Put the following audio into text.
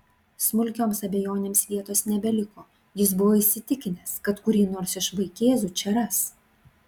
smulkioms abejonėms vietos nebeliko jis buvo įsitikinęs kad kurį nors iš vaikėzų čia ras